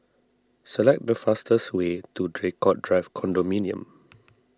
select the fastest way to Draycott Drive Condominium